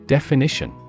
Definition